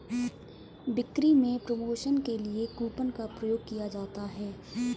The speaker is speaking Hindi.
बिक्री में प्रमोशन के लिए कूपन का प्रयोग किया जाता है